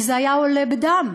כי זה היה עולה בדם.